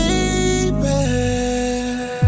Baby